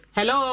Hello